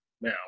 now